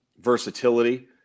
versatility